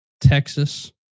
Texas